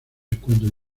encuentros